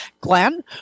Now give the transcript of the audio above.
Glenn